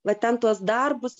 va ten tuos darbus